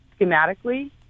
schematically